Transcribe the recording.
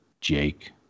jake